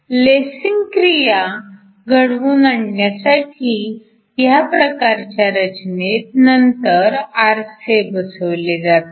lacing क्रिया घडवून आणण्यासाठी ह्या प्रकारच्या रचनेत नंतर आरसे बसवले जातात